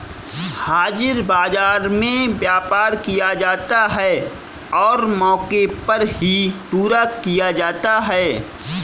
हाजिर बाजार में व्यापार किया जाता है और मौके पर ही पूरा किया जाता है